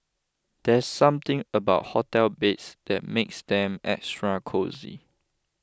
there's something about hotel beds that makes them extra cosy